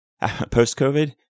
post-COVID